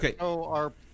Okay